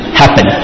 happen